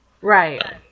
Right